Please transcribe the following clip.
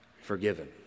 Forgiven